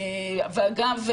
אגב,